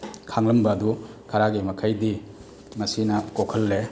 ꯈꯥꯡꯂꯝꯕ ꯑꯗꯨ ꯈꯔꯒꯤ ꯃꯈꯩꯗꯤ ꯃꯁꯤꯅ ꯀꯣꯛꯍꯜꯂꯦ